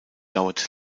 dauert